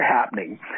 happening